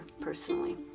personally